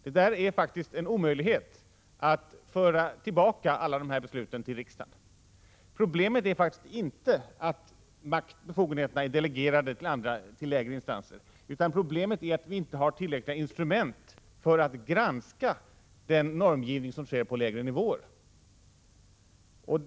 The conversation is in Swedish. Det är faktiskt en omöjlighet att föra tillbaka alla de här besluten till riksdagen. Problemet är inte att befogenheterna är delegerade till lägre instanser, utan problemet är att vi inte har tillräckliga instrument för att granska den normgivning som sker på lägre nivåer.